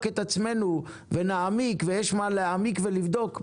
את עצמנו ונעמיק' ויש מה להעמיק ולבדוק,